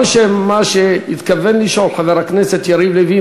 אני חושב שגם מה שהתכוון לשאול חבר הכנסת יריב לוין,